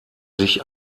sich